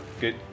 good